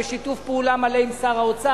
בשיתוף פעולה מלא עם שר האוצר,